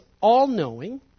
all-knowing